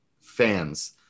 fans